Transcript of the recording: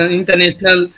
international